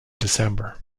december